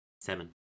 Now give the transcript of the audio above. seven